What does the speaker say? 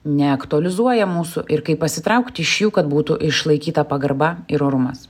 neaktualizuoja mūsų ir kaip pasitraukti iš jų kad būtų išlaikyta pagarba ir orumas